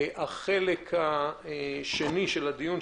בחלק השני של הדיון,